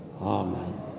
Amen